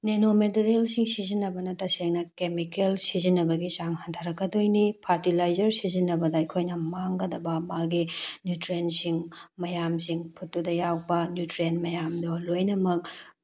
nano ꯃꯦꯇꯔꯤꯌꯦꯜꯁꯤ ꯁꯤꯖꯤꯟꯅꯕꯅ ꯇꯁꯦꯡꯅ ꯀꯦꯃꯤꯀꯦꯜ ꯁꯤꯖꯤꯟꯅꯕꯒꯤ ꯆꯥꯡ ꯍꯟꯊꯔꯛꯀꯗꯣꯏꯅꯤ ꯐꯥꯔꯇꯤꯂꯥꯏꯖꯔ ꯁꯤꯖꯤꯟꯅꯕꯗ ꯑꯩꯈꯣꯏꯅ ꯃꯥꯡꯒꯗꯕ ꯃꯥꯒꯤ ꯅ꯭ꯌꯨꯇ꯭ꯔꯦꯟꯁꯤꯡ ꯃꯌꯥꯝꯁꯤꯡ ꯐꯨꯠꯇꯨꯗ ꯌꯥꯎꯕ ꯅ꯭ꯌꯨꯇ꯭ꯔꯦꯟ ꯃꯌꯥꯥꯝꯗꯣ ꯂꯣꯏꯅꯃꯛ